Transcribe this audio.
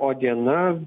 o diena